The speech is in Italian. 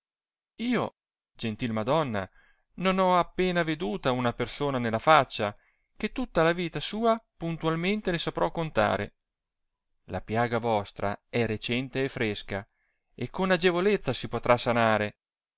io gentil madonna non ho appena veduta una persona nella faccia che tutta la vita sua puntalmente le saprò contare la piaga vostra è recente e fresca e con agevolezza si potrà sanare